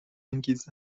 انگیز